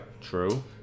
True